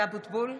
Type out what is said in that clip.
(קוראת בשמות חברי הכנסת) משה אבוטבול,